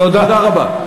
תודה רבה.